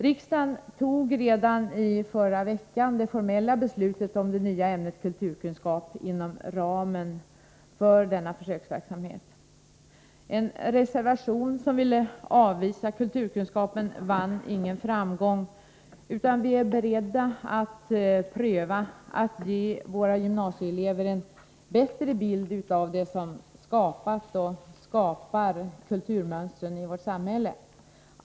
Riksdagen fattade redan i förra veckan det formella beslutet om det nya ämnet kulturkunskap inom ramen för denna försöksverksamhet. En reservation som ville avvisa kulturkunskapen vann ingen framgång, utan vi är beredda att pröva att ge våra gymnasieelever en bättre bild av det som skapat och skapar kulturmönstren i vårt samhälle.